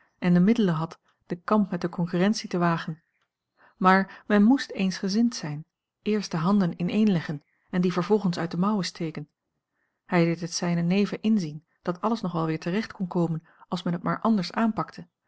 en de middelen had den kamp met de concurrentie te wagen maar men moest eensgezind zijn eerst de handen ineenleggen en die vervolgens uit de mouw steken hij deed het zijnen neven inzien dat alles nog wel weer terecht kon komen als men het maar anders aanpakte